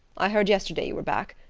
i heard yesterday you were back.